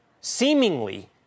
seemingly